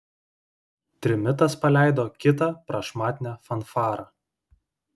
trimitas paleido kitą prašmatnią fanfarą